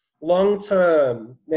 long-term